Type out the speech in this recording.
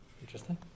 Interesting